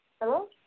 Hello